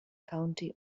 county